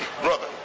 Brother